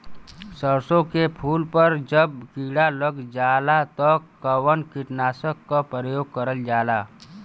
सरसो के फूल पर जब किड़ा लग जाला त कवन कीटनाशक क प्रयोग करल जाला?